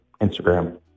Instagram